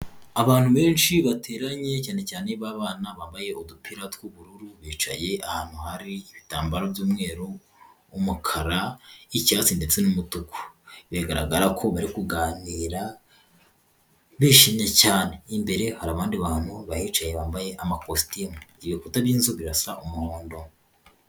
Abantu benshi bateranye cyane cyane b'abana, bambaye udupira tw'ubururu, bicaye ahantu hari ibitambaro by'umweru, umukara, icyatsi ndetse n'umutuku, bigaragara ko bari kuganira bishimye cyane, imbere hari abandi bantu baricaye bambaye amakositimu, ibikuta by'inzu birasa umuhondo.